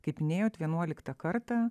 kaip minėjot vienuoliktą kartą